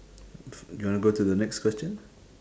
you want to go to the next question